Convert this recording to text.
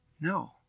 No